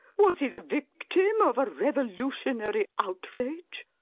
was he the victim of a revolutionary outrage?